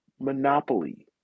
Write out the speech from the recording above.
monopoly